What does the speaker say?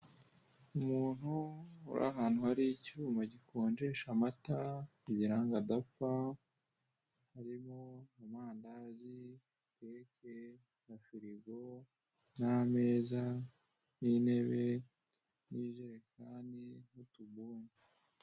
Umuntu uri ahantu hari icyuma gikonjesha amata kugira ngo adapfa harimo amandazi, keke, firigo, n'ameza n'intebe, n'ijerekani n'utubuni.